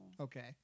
Okay